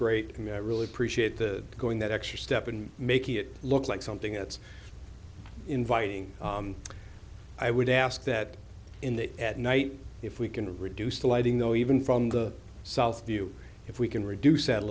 great really appreciate the going that extra step and make it look like something that's inviting i would ask that in that at night if we can reduce the lighting though even from the south view if we can reduce that a